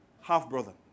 half-brother